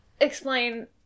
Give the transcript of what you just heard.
explain